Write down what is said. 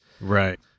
Right